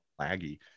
laggy